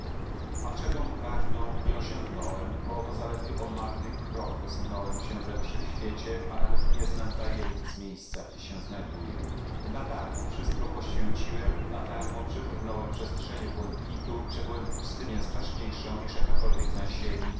a czegom pragnął nie osiągnąłem bo oto zaledwie o marny krok posunąłem się we wszechświecie a nawet nie znam tajemnic miejsca gdzie się znajduję nadarmo wszystko poświęciłem nadarmo przebrnąłem przestrzenie błękitu przebyłem pustynię straszniejszą niż jakiekolwiek na ziemi